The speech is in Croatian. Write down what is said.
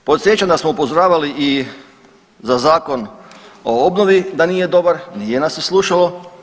Podsjećam da smo upozoravali i za Zakon o obnovi da nije dobar, nije nas se slušalo.